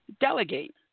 delegate